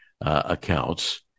accounts